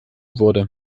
wurde